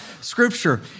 Scripture